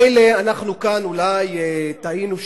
מילא אנחנו כאן אולי טעינו,